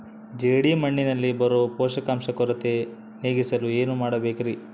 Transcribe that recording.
ಜೇಡಿಮಣ್ಣಿನಲ್ಲಿ ಬರೋ ಪೋಷಕಾಂಶ ಕೊರತೆ ನೇಗಿಸಲು ಏನು ಮಾಡಬೇಕರಿ?